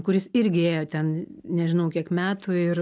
kuris irgi ėjo ten nežinau kiek metų ir